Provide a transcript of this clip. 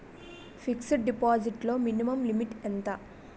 Fixed deposit లో minimum limit ఎంత?